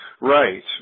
Right